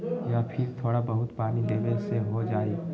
या फिर थोड़ा बहुत पानी देबे से हो जाइ?